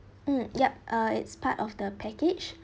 mm yup uh it's part of the package